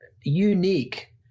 unique